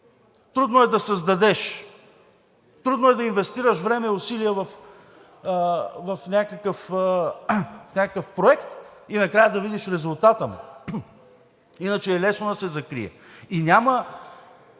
трудно е да създадеш, трудно е да инвестираш време и усилия в някакъв проект и накрая да видиш резултата му. Иначе е лесно да се закрие. И няма